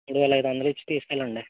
మూడు వేల ఐదు వందలు ఇచ్చి తీసుకు వెళ్ళండి